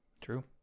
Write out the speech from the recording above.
true